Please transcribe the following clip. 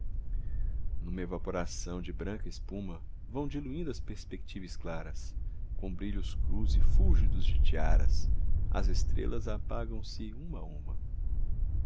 n'uma evaporação de branca espuma vão diluindo as perspectives claras com brilhos crus e fúlgidos de tiaras as estrelas apagam se uma a uma